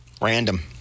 random